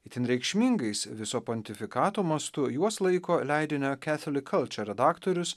itin reikšmingais viso pontifikato mastu juos laiko leidinio ketoli kalčer redaktorius